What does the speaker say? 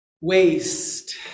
Waste